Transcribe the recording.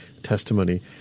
testimony